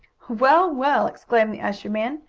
well, well! exclaimed the usher-man.